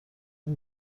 این